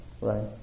right